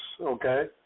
Okay